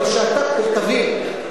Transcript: אבל שאתה תבין,